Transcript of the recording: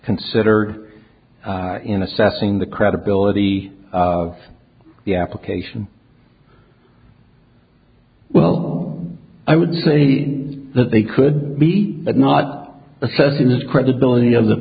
consider in assessing the credibility of the application well i would say that they could be but not assessing his credibility of the